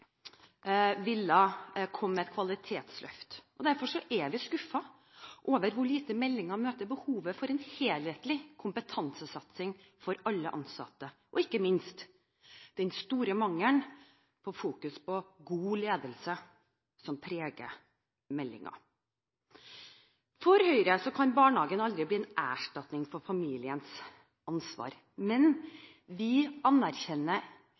komme med et kvalitetsløft. Derfor er vi skuffet over hvor lite meldingen møter behovet for en helhetlig kompetansesatsing for alle ansatte, ikke minst den store mangelen på fokus på god ledelse som preger meldingen. For Høyre kan barnehagen aldri bli en erstatning for familiens ansvar, men vi anerkjenner